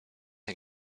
jak